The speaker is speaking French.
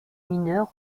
mineurs